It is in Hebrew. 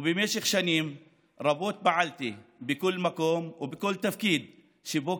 ובמשך שנים רבות פעלתי בכל מקום ובכל תפקיד שבו